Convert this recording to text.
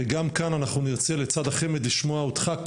וגם כאן אנחנו נרצה לצד החמ"ד לשמוע אותך,